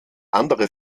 andere